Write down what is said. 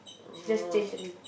she just change her name